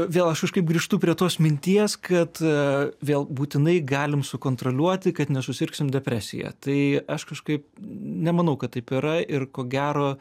vėl aš kažkaip grįžtu prie tos minties kad vėl būtinai galim sukontroliuoti kad nesusirgsim depresija tai aš kažkaip nemanau kad taip yra ir ko gero